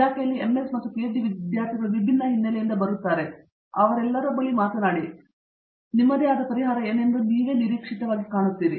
ಇಲಾಖೆಯ ಎಂಎಸ್ ಮತ್ತು ಪಿಹೆಚ್ಡಿ ವಿದ್ಯಾರ್ಥಿಗಳು ವಿಭಿನ್ನ ಹಿನ್ನೆಲೆಯಿಂದ ಬರುತ್ತಾರೆ ಆದ್ದರಿಂದ ಅವರಿಗೆ ಎಲ್ಲರಿಗೂ ಮಾತನಾಡಿ ಮತ್ತು ಈ 2 ಪ್ರಶ್ನೆಗಳಿಗೆ ನಿಮ್ಮದೇ ಆದ ಪರಿಹಾರವು ಏನೆಂಬುದನ್ನು ನೀವು ನಿರೀಕ್ಷಿತವಾಗಿ ಕಾಣುತ್ತೀರಿ